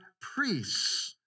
priests